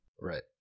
Right